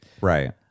right